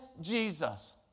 Jesus